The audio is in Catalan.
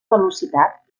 velocitat